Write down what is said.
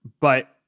but-